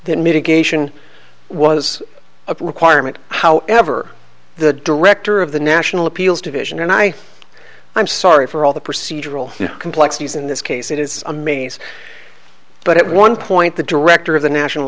mitigation was a requirement however the director of the national appeals division and i i'm sorry for all the procedural complexities in this case it is a maze but at one point the director of the national